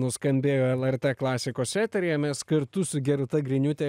nuskambėjo lrt klasikos eteryje mes kartu su gerūta griniūte